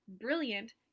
brilliant